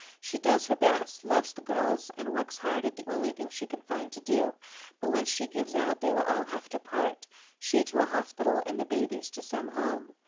she does her best, loves the girls, and works hard at the only thing she can find to do but when she gives out, they will all have to part she to a hospital, and the babies to some home.